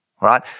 right